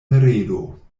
heredo